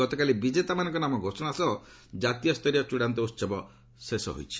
ଗତକାଲି ବିଜେତାମାନଙ୍କ ନାମ ଘୋଷଣା ସହ ଜାତୀୟ ସ୍ତରୀୟ ଚ୍ଚଡ଼ାନ୍ତ ଉତ୍ସବ ଶେଷ ହୋଇଛି